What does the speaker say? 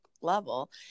level